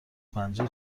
پنجه